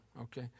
okay